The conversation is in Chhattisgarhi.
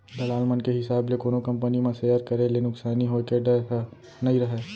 दलाल मन के हिसाब ले कोनो कंपनी म सेयर करे ले नुकसानी होय के डर ह नइ रहय